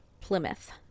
Plymouth